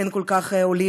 אין כל כך עולים,